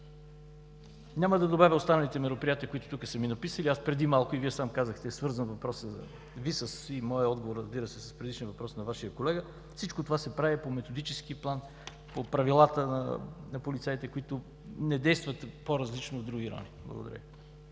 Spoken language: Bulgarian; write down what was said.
Няма да добавя останалите мероприятия, които тук са ми написали. Преди малко Вие сам казахте, че въпросът Ви и моят отговор, разбира се, са свързани с предишния въпрос на Вашия колега. Всичко това се прави по методически план, по правилата на полицаите, които не действат по-различно от други райони. Благодаря